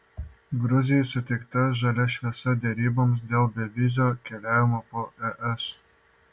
gruzijai suteikta žalia šviesa deryboms dėl bevizio keliavimo po es